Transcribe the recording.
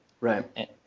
right